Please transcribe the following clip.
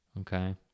Okay